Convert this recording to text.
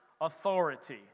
Authority